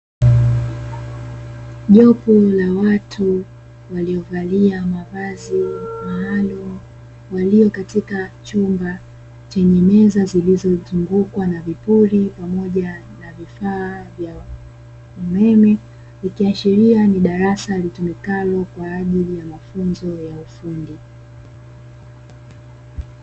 Jopo la watu waliovalia mavazi maalumu, walio katika chumba chenye meza zilizozungukwa na vipuri, pamoja na vifaa umeme, ikiashiria ni darasa litumikalo kwa ajili ya mafunzo ya ufundi.